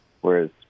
whereas